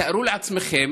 תארו לעצמכם